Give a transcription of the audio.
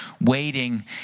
waiting